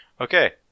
Okay